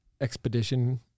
expedition